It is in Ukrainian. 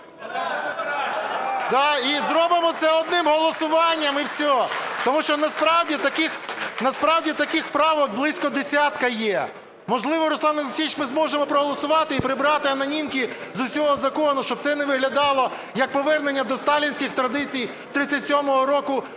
І зробимо це одним голосуванням і все, тому що насправді таких правок близько десятка є. Можливо, Руслан Олексійович, ми зможемо проголосувати і прибрати анонімки з усього закону, щоб це не виглядало, як повернення до сталінських традицій 1937 року,